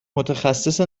متخصص